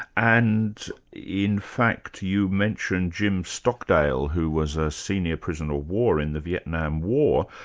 and in fact you mentioned jim stockdale who was a senior prisoner-of-war in the vietnam war,